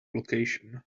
location